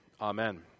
amen